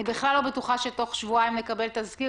אני בכלל לא בטוחה שתוך שבועיים נקבל תזכיר,